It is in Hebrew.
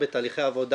אך לצערי,